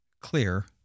clear